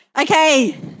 Okay